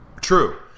True